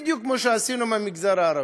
בדיוק כמו שעשינו עם המגזר הערבי.